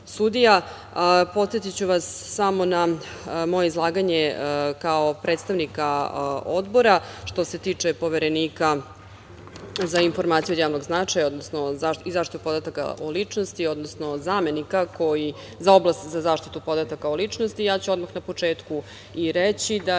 sudija. Podsetiću vas samo na moje izlaganje kao predstavnika Odbora što se tiče Poverenika za informacije od javnog značaja, odnosno i zaštitu podataka o ličnosti, odnosno zamenika za oblast za zaštitu podataka o ličnosti. Ja ću odmah na početku i reći da